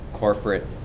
corporate